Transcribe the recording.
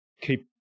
keep